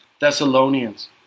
Thessalonians